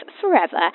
forever